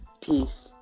Peace